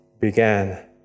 began